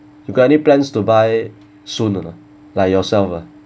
you got any plans to buy soon or not like yourself lah